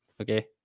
okay